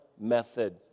method